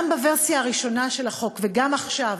גם בוורסיה הראשונה של החוק וגם עכשיו,